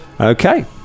Okay